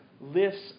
lifts